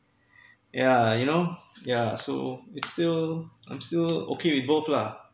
yeah you know yeah so it's still I'm still okay with both lah